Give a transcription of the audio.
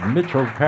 Mitchell